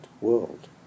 world